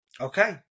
Okay